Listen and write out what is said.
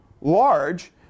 large